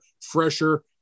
fresher